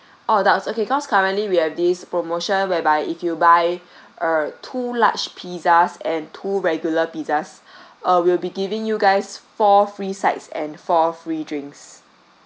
all adults okay cause currently we have this promotion whereby if you buy uh two large pizzas and two regular pizzas uh we will be giving you guys four free sides and four free drinks